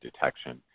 detection